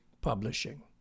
Publishing